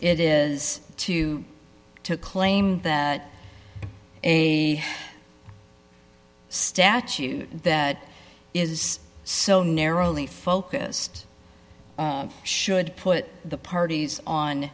it is to claim that a statute that is so narrowly focused should put the parties on